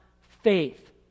faith